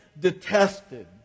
detested